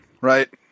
Right